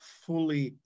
fully